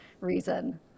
reason